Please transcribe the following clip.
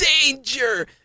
Danger